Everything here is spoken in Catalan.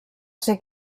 ser